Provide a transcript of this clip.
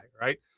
right